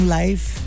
life